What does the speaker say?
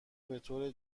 بطور